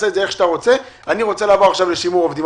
ואני רוצה לעבור לשימור עובדים.